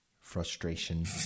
Frustration